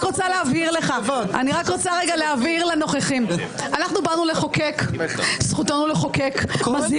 אבל אתה יודע שגם כשאתה מתפעל סתם זה פחות מרשים אותי.